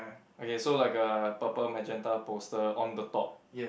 okay so like a purple magenta poster on the top